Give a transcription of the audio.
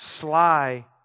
sly